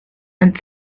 and